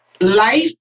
life